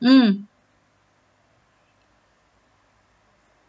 mm